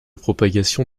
propagation